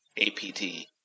APT